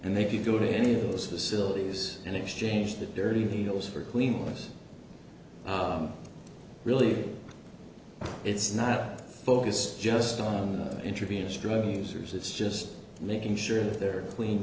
and they can go to any of those facilities and exchange that dirty needles for clean us really it's not focused just on the intravenous drug users it's just making sure that they're clean